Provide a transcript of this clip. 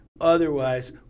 Otherwise